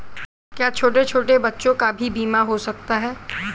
क्या छोटे छोटे बच्चों का भी बीमा हो सकता है?